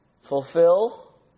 Fulfill